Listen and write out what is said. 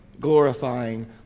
glorifying